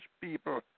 people